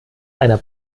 einer